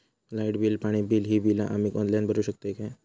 Light bill, पाणी bill, ही बिला आम्ही ऑनलाइन भरू शकतय का?